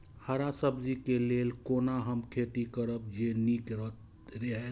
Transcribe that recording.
हरा सब्जी के लेल कोना हम खेती करब जे नीक रहैत?